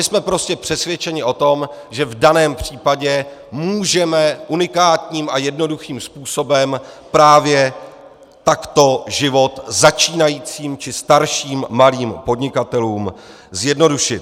Jsme prostě přesvědčeni o tom, že v daném případě můžeme unikátním a jednoduchým způsobem právě takto život začínajícím či starším malým podnikatelům zjednodušit.